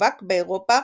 ששווק באירופה